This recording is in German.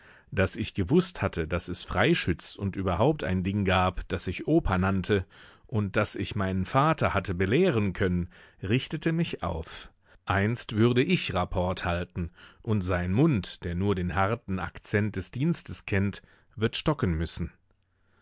daß ich gewußt hatte daß es freischütz und überhaupt ein ding gab das sich oper nannte und daß ich meinen vater hatte belehren können richtete mich auf einst würde ich rapport halten und sein mund der nur den harten akzent des dienstes kennt wird stocken müssen